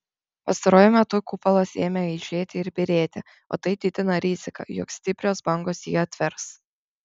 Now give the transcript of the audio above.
pastaruoju metu kupolas ėmė aižėti ir byrėti o tai didina riziką jog stiprios bangos jį atvers